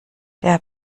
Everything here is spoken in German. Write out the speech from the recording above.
der